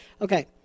okay